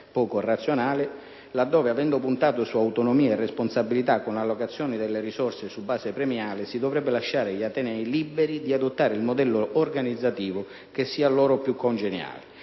poco razionali, laddove, avendo puntato su autonomia e responsabilità con allocazione delle risorse su base premiale, si dovrebbero lasciare gli atenei liberi di adottare il modello organizzativo che sia loro più congeniale.